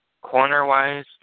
corner-wise